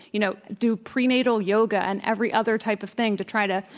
you know, do prenatal yoga and every other type of thing to try to,